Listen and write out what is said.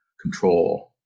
control